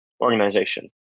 organization